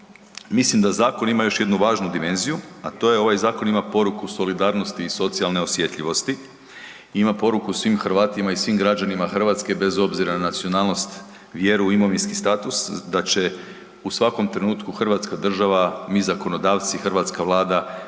Mislim da zakon ima još jednu važnu dimenziju, a to je ovaj zakon ima poruku solidarnosti i socijalne osjetljivosti, ima poruku svim Hrvatima i svim građanima Hrvatske bez obzira na nacionalnost, vjeru, imovinski status da će u svakom trenutku Hrvatska država, mi zakonodavci, hrvatska Vlada